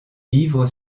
vivre